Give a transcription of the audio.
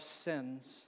sins